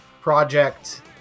project